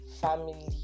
family